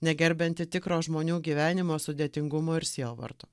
negerbianti tikro žmonių gyvenimo sudėtingumo ir sielvarto